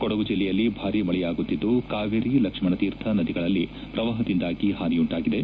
ಕೊಡಗು ಜಲ್ಲೆಯಲ್ಲಿ ಭಾರೀ ಮಳೆಯಾಗುತ್ತಿದ್ದು ಕಾವೇರಿ ಲಕ್ಷಣತೀರ್ಥ ನದಿಗಳಲ್ಲಿ ಪ್ರವಾಪದಿಂದಾಗಿ ಪಾನಿಯುಂಟಾಗಿದೆ